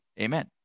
Amen